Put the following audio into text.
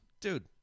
dude